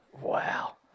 Wow